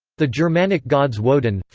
the germanic gods woden,